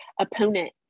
opponent